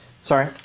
sorry